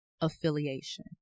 affiliation